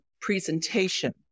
presentation